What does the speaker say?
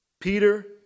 Peter